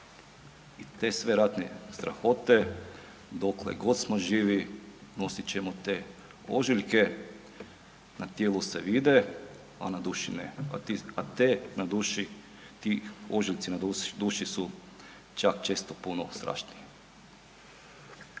I te sve ratne strahote dokle god smo živi snosit ćemo te ožiljke, na tijelu se vide, a na duši ne, a ti, a te na duši, ti ožiljci na duši su čak često puno strašniji.